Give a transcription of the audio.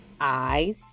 eyes